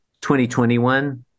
2021